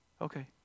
Okay